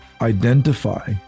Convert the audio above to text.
identify